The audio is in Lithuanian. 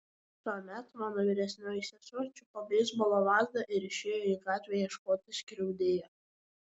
tuomet mano vyresnioji sesuo čiupo beisbolo lazdą ir išėjo į gatvę ieškoti skriaudėjo